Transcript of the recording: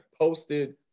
posted